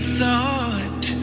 thought